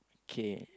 okay